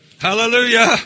hallelujah